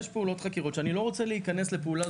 יש פעולות חקירה שאני לא רוצה להיכנס אליהן.